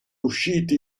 usciti